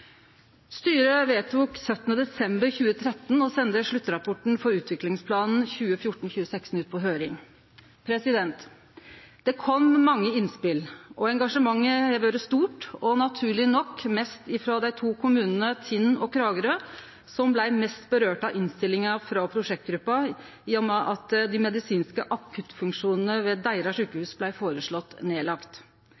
Styret vedtok 17. desember 2013 å sende sluttrapporten for utviklingsplanen 2014–2016 ut på høyring. Det kom mange innspel, og engasjementet har vore stort, og naturleg nok mest frå dei to kommunane Tinn og Kragerø, som råka mest av innstillinga frå prosjektgruppa, i og med at dei medisinske akuttfunksjonane ved deira